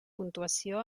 puntuació